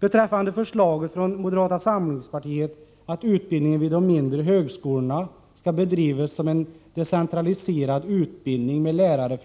Beträffande förslaget från moderata samlingspartiet att utbildningen vid de mindre högskolorna skall bedrivas såsom decentraliserad utbildning med lärare